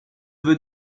veux